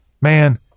man